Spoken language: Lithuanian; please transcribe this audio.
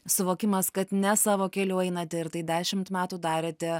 suvokimas kad ne savo keliu einate ir tai dešimt metų darėte